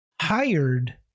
hired